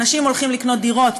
אנשים הולכים לקנות דירות,